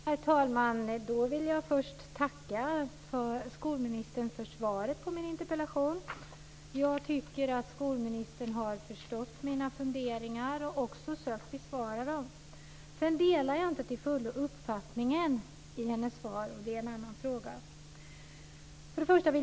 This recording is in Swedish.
Herr talman! Jag vill först tacka skolministern för svaret på min interpellation. Jag tycker att skolministern har förstått mina funderingar och också försökt besvara dem. Jag delar inte till fullo uppfattningen i svaret, men det är en annan fråga.